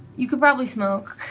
you can probably smoke